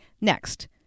Next